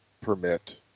permit